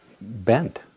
bent